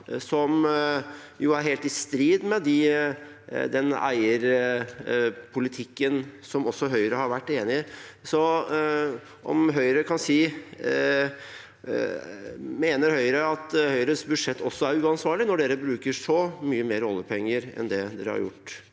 jo er helt i strid med den eierpolitikken som også Høyre har vært enig i. Mener Høyre at også Høyres budsjett er uansvarlig, når partiet bruker så mye mer oljepenger enn det har gjort